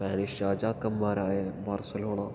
Spanish രാജാക്കന്മാരായ Barcelona